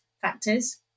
factors